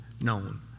known